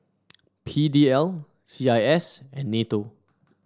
P D L C I S and NATO